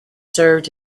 served